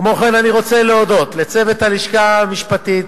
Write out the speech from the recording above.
כמו כן אני רוצה להודות לצוות הלשכה המשפטית,